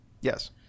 Yes